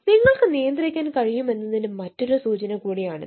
നിങ്ങൾക്ക് നിയന്ത്രിക്കാൻ കഴിയുമെന്നതിന്റെ മറ്റൊരു സൂചന കൂടിയാണിത്